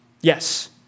Yes